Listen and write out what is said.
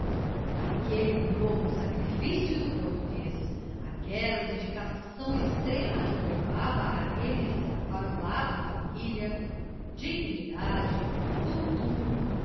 aquele novo sacrifício do português aquela dedicação extrema que o levava a arremessar para o lado família dignidade futuro